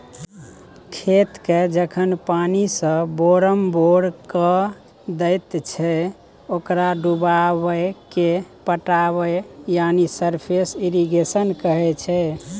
खेतकेँ जखन पानिसँ बोरमबोर कए दैत छै ओकरा डुबाएकेँ पटाएब यानी सरफेस इरिगेशन कहय छै